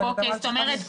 זאת אומרת,